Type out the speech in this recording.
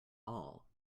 all